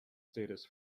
status